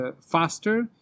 faster